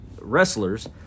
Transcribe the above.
wrestlers